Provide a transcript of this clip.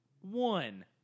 One